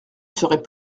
serait